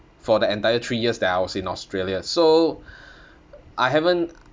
for the entire three years that I was in australia so I haven't